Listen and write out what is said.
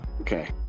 Okay